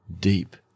deep